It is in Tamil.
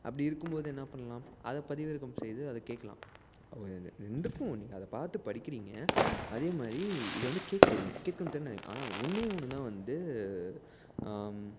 அப்படி இருக்கும் போது என்ன பண்ணலாம் அதை பதிவிறக்கம் செய்து அதை கேட்கலாம் அது ரெண்டுக்கும் அதை பார்த்து படிக்கிறீங்க அதே மாதிரி இதை வந்து கேட்குறீங்க கேட்கும் திறன் அதிகம் ஆனால் ஒன்றே ஒன்று தான் வந்து